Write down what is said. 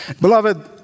Beloved